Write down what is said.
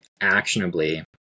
actionably